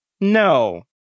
No